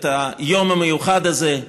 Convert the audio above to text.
את היום המיוחד הזה,